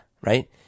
right